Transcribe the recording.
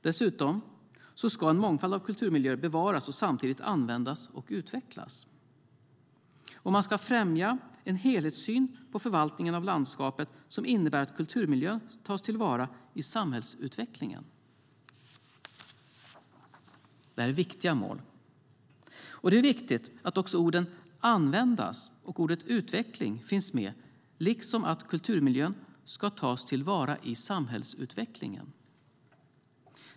Dessutom ska en mångfald av kulturmiljöer bevaras och samtidigt användas och utvecklas. Man ska främja en helhetssyn på förvaltningen av landskapet som innebär att kulturmiljön tas till vara i samhällsutvecklingen. Detta är viktiga mål. Det är viktigt att också ordet "användas" och ordet "utveckling" finns med liksom att kulturmiljön ska tas till vara i samhällsutvecklingen.